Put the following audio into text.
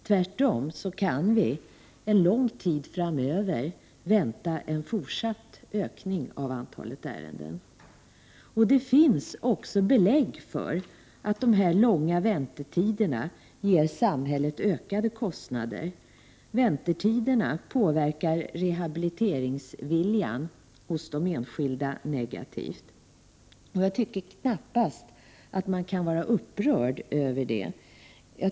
Tvärtom, vi kan en lång tid framöver vänta en fortsatt ökning av dessa ärenden. Det finns också belägg för att de långa väntetiderna medför ökade kostnader för samhället. Väntetiderna påverkar rehabiliteringsviljan negativt hos de enskilda. Jag anser att man knappast kan vara upprörd över detta.